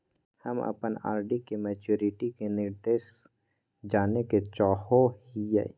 हम अप्पन आर.डी के मैचुरीटी के निर्देश जाने के चाहो हिअइ